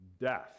death